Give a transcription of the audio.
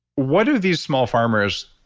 what do these small farmers,